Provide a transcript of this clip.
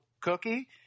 cookie